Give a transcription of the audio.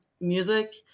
music